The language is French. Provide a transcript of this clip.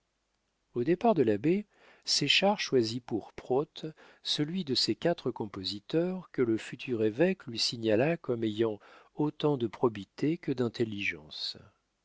au départ de l'abbé séchard choisit pour prote celui de ses quatre compositeurs que le futur évêque lui signala comme ayant autant de probité que d'intelligence